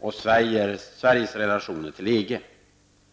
och Sveriges relationer till EG.